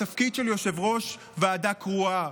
בתפקיד של יושב-ראש ועדה קרואה,